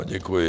Děkuji.